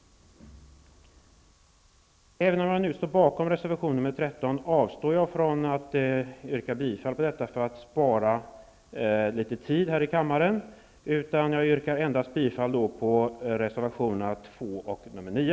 Även om jag står bakom reservation 13, avstår jag från att yrka bifall till denna, för att spara litet tid här i kammaren, utan jag yrkar endast bifall till reservationerna 2 och 9.